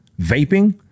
vaping